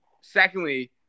Secondly